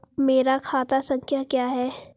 मेरा खाता संख्या क्या है?